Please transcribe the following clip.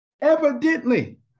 Evidently